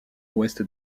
ouest